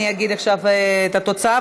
אני אגיד עכשיו את התוצאה,